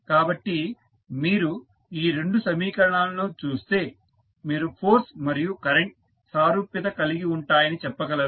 కాబట్టి మీరు ఈ రెండు సమీకరణాలను చూస్తే మీరు ఫోర్స్ మరియు కరెంట్ సారూప్యత కలిగి ఉంటాయని చెప్పగలరు